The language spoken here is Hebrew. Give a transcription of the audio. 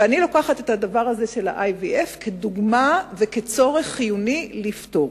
ואני לוקחת את הדבר הזה של ה-IVF כדוגמה לצורך חיוני שיש לפתור.